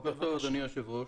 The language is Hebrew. בוקר טוב אדוני היושב ראש,